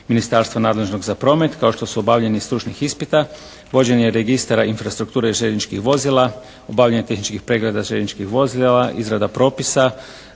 ministarstva nadležnog za promet kao što su obavljanje stručnih ispita, vođenje registara infrastrukture željezničkih vozila, obavljanje tehničkih pregleda željezničkih vozila, izrada propisa